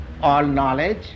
all-knowledge